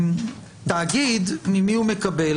תאגיד, ממי הוא מקבל?